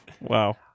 Wow